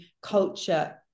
culture